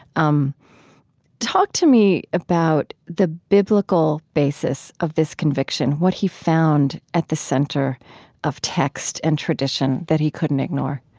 um talk to me about the biblical basis of this conviction, what he found at the center of text and tradition that he couldn't ignore